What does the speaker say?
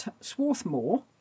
Swarthmore